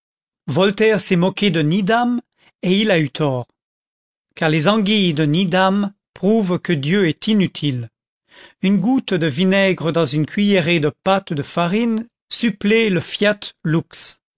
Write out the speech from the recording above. voltaire s'est moqué de needham et il a eu tort car les anguilles de needham prouvent que dieu est inutile une goutte de vinaigre dans une cuillerée de pâte de farine supplée le fiat lux